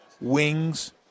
wings